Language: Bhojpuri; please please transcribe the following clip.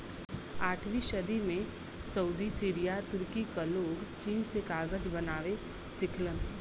आठवीं सदी में सऊदी सीरिया तुर्की क लोग चीन से कागज बनावे सिखलन